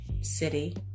city